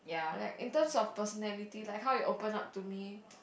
like in terms of personality like how you open up to me